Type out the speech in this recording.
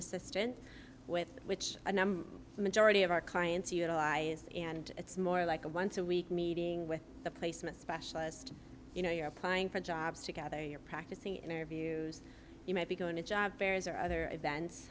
assistance with which a number majority of our clients utilize and it's more like a once a week meeting with the placement specialist you know you're applying for jobs together you're practicing interviews you might be going to job fairs or other events